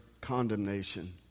condemnation